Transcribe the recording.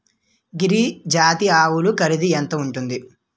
గిరి జాతి ఆవులు ఖరీదు ఎంత ఉంటుంది?